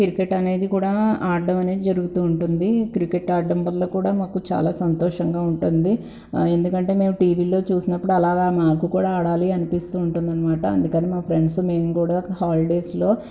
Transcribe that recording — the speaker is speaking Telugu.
క్రికెట్ అనేది కూడా ఆడటం అనేది జరుగుతూ ఉంటుంది క్రికెట్ ఆడటం వల్ల కూడా మాకు చాలా సంతోషంగా ఉంటుంది ఎందుకంటే మేము టీవీల్లో చూసినప్పుడు అలాగా మాకు కూడా ఆడాలి అనిపిస్తూ ఉంటుంది అనమాట అందుకని మా ఫ్రెండ్స్ మేము కూడా హాలిడేస్లో